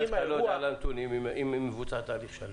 אז איך אתה לא יודע על הנתונים אם מבוצע תהליך שלם?